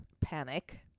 panic